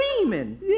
dreaming